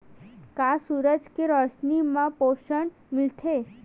का सूरज के रोशनी म पोषण मिलथे?